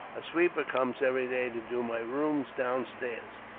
a sweeper comes every day, to do my rooms downstairs.